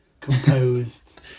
composed